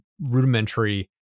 rudimentary